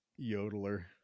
yodeler